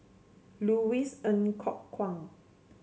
Louis Ng Kok Kwang